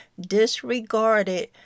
disregarded